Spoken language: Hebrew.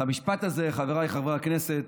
את המשפט הזה, חבריי חברי הכנסת,